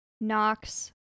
Knox